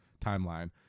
timeline